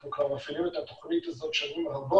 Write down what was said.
אנחנו כבר מפעילים את התוכנית הזו שנים רבות